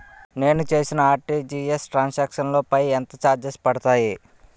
నేను చేసిన RTGS transaction లో పై ఎంత చార్జెస్ పడతాయి?